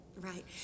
Right